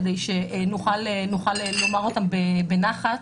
כדי שאוכל לומר אותם בנחת,